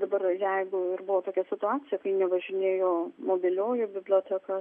dabar jeigu ir buvo tokia situacija kai nevažinėjo mobilioji biblioteka